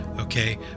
okay